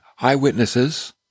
eyewitnesses